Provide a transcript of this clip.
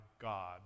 God